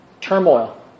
turmoil